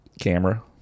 camera